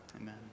Amen